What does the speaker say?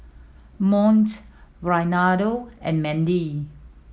Mont Reynaldo and Mandie